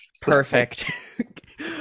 Perfect